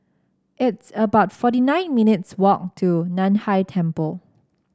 it's about forty nine minutes' walk to Nan Hai Temple